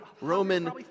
Roman